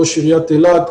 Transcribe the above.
ראש עיריית אילת,